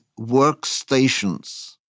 workstations